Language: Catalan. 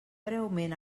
breument